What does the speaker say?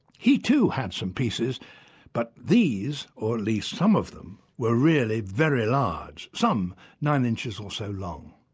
he too had some pieces but these, or at least some of them, were really very large, some nine inches or so long.